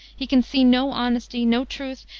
he can see no honesty, no truth,